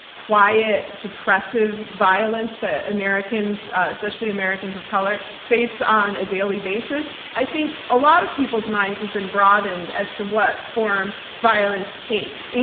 quiet, suppressive violence that americans, especially americans of color, face on a daily basis, i think a lot of people's minds have been broadened as to what form violence takes.